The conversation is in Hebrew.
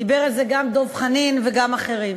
דיברו על זה גם דב חנין וגם אחרים.